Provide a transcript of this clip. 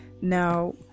now